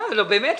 נו באמת,